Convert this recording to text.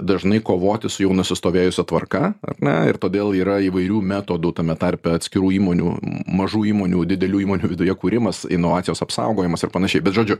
dažnai kovoti su jau nusistovėjusia tvarka na ir todėl yra įvairių metodų tame tarpe atskirų įmonių mažų įmonių didelių įmonių viduje kūrimas inovacijos apsaugojimas ir panašiai bet žodžiu